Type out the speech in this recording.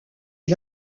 est